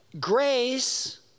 Grace